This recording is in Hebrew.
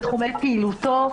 בתחומי פעילותו,